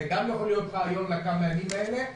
זה גם יכול להיות רעיון לכמה הימים האלה.